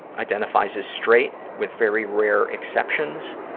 identifies as straight with very rare exceptions.